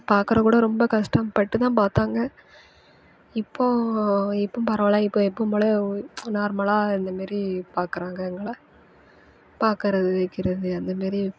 பார்க்குற கூட ரொம்ப கஷ்டம் பட்டு தான் பார்த்தாங்க இப்போ இப்போ பரவாயில்ல இப்போ எப்போவும் போல் நார்மலாக இந்த மாதிரி பார்க்குறாங்க எங்களை பார்க்குறது கிக்குறது அந்த மாதிரி